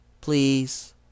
Please